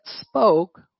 spoke